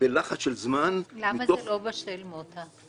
בלחץ של זמן --- למה זה לא בשל מוטה?